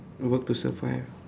work to survive